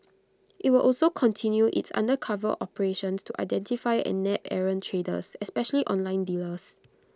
IT will also continue its undercover operations to identify and nab errant traders especially online dealers